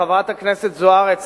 חברת הכנסת זוארץ,